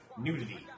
nudity